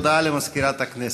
הודעה למזכירת הכנסת.